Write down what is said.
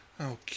okay